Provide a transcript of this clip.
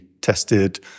tested